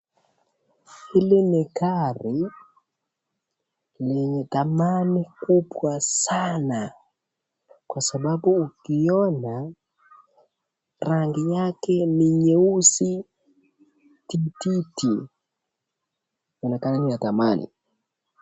Hili ni gari lenye dhamani kubwa sana. Kwa sababu ukiiona rangi yake ni nyeusi tititi. Ni gari ya dhamani.